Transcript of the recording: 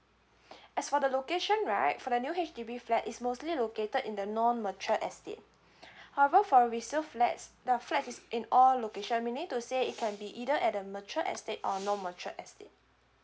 as for the location right for the new H_D_B flat is mostly located in the non mature estate however for resale flats the flat is in all location meaning to say it can be either at the mature estate or non mature estate